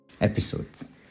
episodes